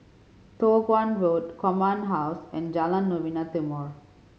Toh Guan Road Command House and Jalan Novena Timor